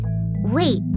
Wait